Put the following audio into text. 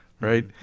right